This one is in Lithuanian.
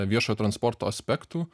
viešojo transporto aspektų